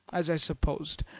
as i supposed,